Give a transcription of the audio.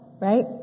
Right